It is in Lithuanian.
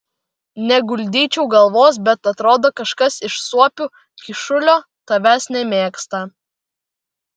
neguldyčiau galvos bet atrodo kažkas iš suopių kyšulio tavęs nemėgsta